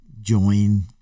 join